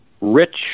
rich